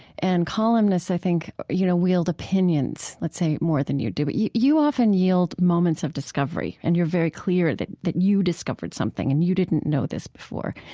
and columnists, i think, you know, wield opinions, let's say, more than you do. but you you often yield moments of discovery and you're very clear that that you discovered something and you didn't know this before.